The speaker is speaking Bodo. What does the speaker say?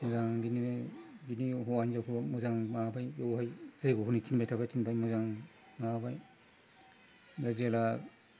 मोजां बिदिनो बिदिनो हौवा हिनजावखौ मोजां माबाबाय बेवहाय जय्ग होनो थिनबाय थाबाय मोजां माबाबाय आरो जेला